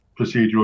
procedural